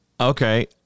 Okay